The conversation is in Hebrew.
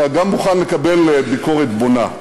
אני גם מוכן לקבל ביקורת בונה.